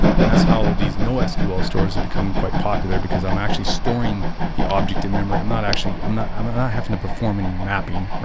and that's how these nosql stores have become quite popular because i'm actually storing the object and memory. i'm not actually i'm not having to perform any mapping.